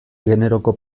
generoko